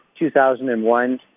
2001